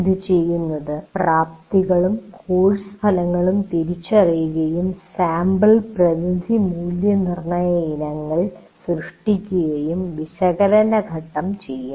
പ്രാപ്തികളും course ഫലങ്ങളും തിരിച്ചറിയുകയും sample പ്രതിനിധി മൂല്യനിർണ്ണയ ഇനങ്ങൾ സൃഷ്ടിക്കുകയും വിശകലനഘട്ടം ചെയ്യും